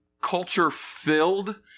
culture-filled